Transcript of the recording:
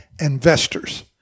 investors